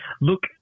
Look